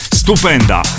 stupenda